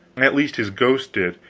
at least his ghost did,